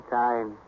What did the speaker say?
time